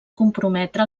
comprometre